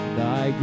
thy